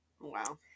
Wow